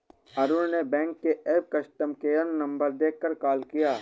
अरुण ने बैंक के app customer care number देखकर कॉल किया